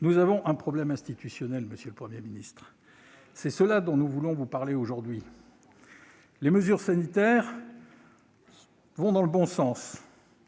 révèle un problème institutionnel, monsieur le Premier ministre. C'est de cela que nous voulons vous parler aujourd'hui. Les mesures sanitaires vont dans le bon sens,